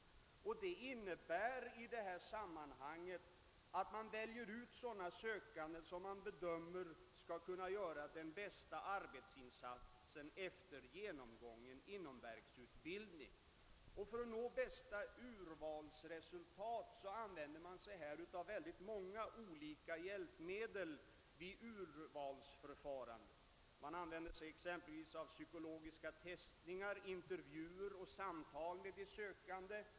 Detta innebär att man väljer ut sådana sökande som man bedömer skall kunna göra den bästa arbetsinsatsen efter genomgången inomverksutbildning. Och för att nå bästa urvalsresultat använder man sig av många olika hjälpmedel vid urvalsförfarandet, t.ex. psykologiska tester, intervjuer och samtal med de sökande.